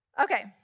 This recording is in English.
Okay